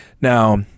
Now